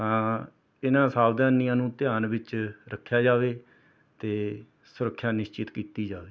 ਤਾਂ ਇਨ੍ਹਾਂ ਸਾਵਧਾਨੀਆਂ ਨੂੰ ਧਿਆਨ ਵਿੱਚ ਰੱਖਿਆ ਜਾਵੇ ਅਤੇ ਸੁਰੱਖਿਆ ਨਿਸ਼ਚਿਤ ਕੀਤੀ ਜਾਵੇ